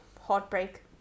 heartbreak